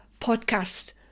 podcast